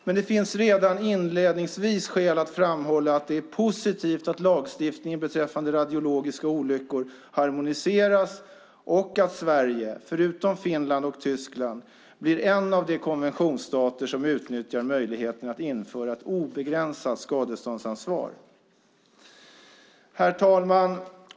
Men det finns redan inledningsvis skäl att framhålla att det är positivt att lagstiftningen beträffande radiologiska olyckor harmoniseras och att Sverige, förutom Finland och Tyskland, blir en av de konventionsstater som utnyttjar möjligheten att införa ett obegränsat skadeståndsansvar. Herr talman!